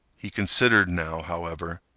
he considered, now, however,